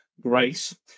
grace